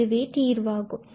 இதுவே தீர்வாகும்